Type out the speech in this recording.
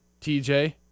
TJ